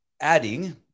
adding